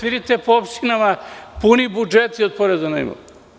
Vidite da su po opštinama puni budžeti od poreza na imovinu.